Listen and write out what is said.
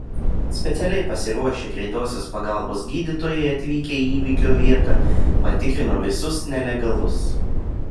specialiai pasiruošę greitosios pagalbos gydytojai atvykę į įvykio vietą patikrino visus nelegalus